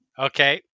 Okay